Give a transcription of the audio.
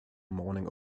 morning